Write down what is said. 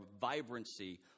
vibrancy